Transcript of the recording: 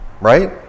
right